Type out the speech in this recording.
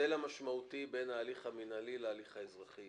בהבדל המשמעותי בין ההליך המנהלי להליך האזרחי,